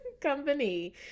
company